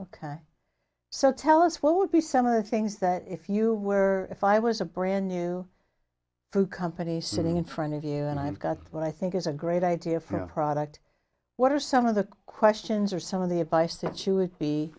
ok so tell us what would be some of the things that if you were if i was a brand new food company sitting in front of you and i've got what i think is a great idea for a product what are some of the questions or some of the advice that you would be